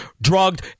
drugged